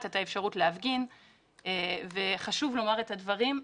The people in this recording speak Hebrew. את האפשרות להפגין וחשוב לומר את הדברים,